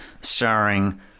starring